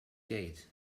gate